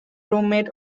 roommate